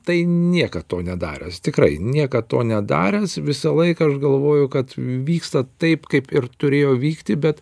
tai niekad to nedaręs tikrai niekad to nedaręs visą laiką aš galvoju kad vyksta taip kaip ir turėjo vykti bet